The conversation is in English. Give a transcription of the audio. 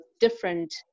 different